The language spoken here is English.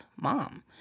mom